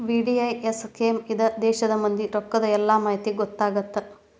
VDIS scheme ಇಂದಾ ದೇಶದ್ ಮಂದಿ ರೊಕ್ಕದ್ ಎಲ್ಲಾ ಮಾಹಿತಿ ಗೊತ್ತಾಗತ್ತ